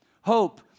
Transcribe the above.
Hope